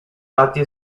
patio